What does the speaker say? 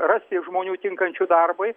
rasti žmonių tinkančių darbui